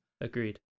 Agreed